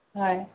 হয়